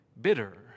bitter